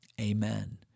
Amen